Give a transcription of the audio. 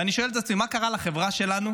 אני שואל את עצמי מה קרה לחברה שלנו,